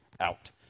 out